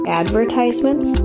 advertisements